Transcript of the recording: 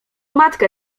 matkę